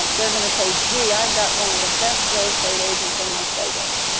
um they're gonna say, gee, i've got one of the best real estate agents in las vegas,